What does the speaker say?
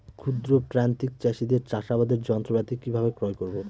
ক্ষুদ্র প্রান্তিক চাষীদের চাষাবাদের যন্ত্রপাতি কিভাবে ক্রয় করব?